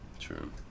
True